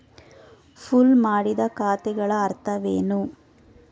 Pool ಮಾಡಿದ ಖಾತೆಗಳ ಅರ್ಥವೇನು?